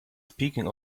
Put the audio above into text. speaking